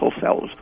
cells